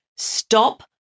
stop